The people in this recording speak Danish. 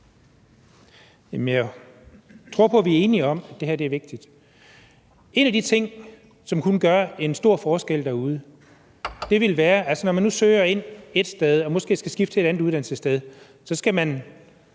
Jeg tror på, at vi er enige om, at det her er vigtigt. Der er en ting, som kunne gøre en stor forskel derude. Når man som person med handicap nu søger ind ét sted og måske skal skifte til et andet uddannelsessted, så skal man